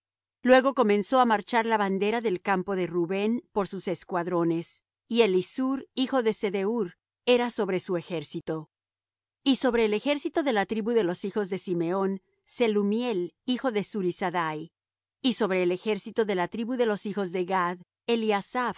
luego comenzó á marchar la bandera del campo de rubén por sus escuadrones y elisur hijo de sedeur era sobre su ejército y sobre el ejército de la tribu de los hijos de simeón selumiel hijo de zurisaddai y sobre el ejército de la tribu de los hijos de gad